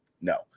No